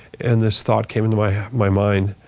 and this thought came into my my mind.